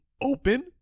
open